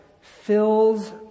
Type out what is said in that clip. fills